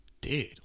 dude